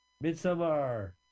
Midsummer